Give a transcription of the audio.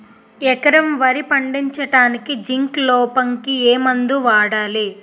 ఎకరం వరి పండించటానికి జింక్ లోపంకి ఏ మందు వాడాలి?